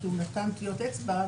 כי הוא נתן טביעות אצבע,